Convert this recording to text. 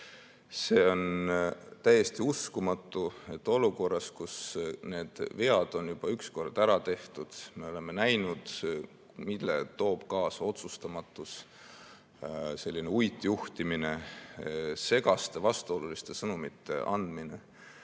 See on täiesti uskumatu, et olukorras, kus need vead on juba üks kord ära tehtud, me oleme näinud, mille toob kaasa otsustamatus, uitjuhtimine, segaste, vastuoluliste sõnumite andmine,